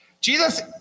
Jesus